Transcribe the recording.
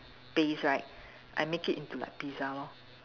base right I make into like pizza lor